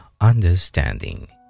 understanding